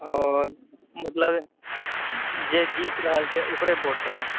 ओऽ मतलब जे जीत रहल छै ओकरे वोट देबय